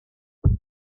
trent